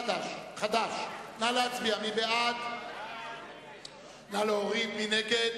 חד"ש, נא להצביע מי בעד, מי נגד.